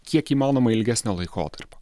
kiek įmanoma ilgesnio laikotarpio